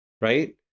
right